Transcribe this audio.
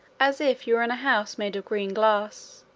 as if you were in a house made of green glass.